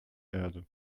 erde